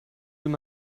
will